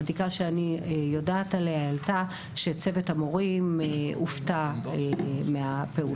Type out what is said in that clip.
הבדיקה שאני יודעת עליה העלתה שצוות המורים הופתע מהפעולה.